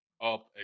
up